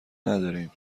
نداریم